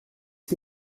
que